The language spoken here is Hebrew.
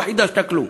לא חידשת כלום.